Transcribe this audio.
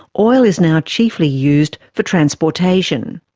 oil is now chiefly used for transportation.